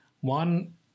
One